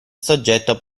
soggetto